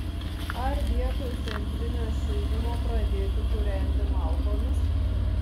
ar vietoj centrinio šildymo pradėti kūrenti malkomis